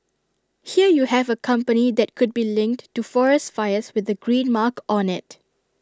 here you have A company that could be linked to forest fires with the green mark on IT